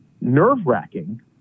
nerve-wracking